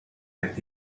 lijkt